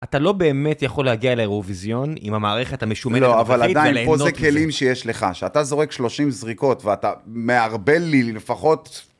אתה לא באמת יכול להגיע לאירוויזיון עם המערכת המשומנת. לא, אבל עדיין פה זה כלים שיש לך, שאתה זורק 30 זריקות ואתה מערבל לי לפחות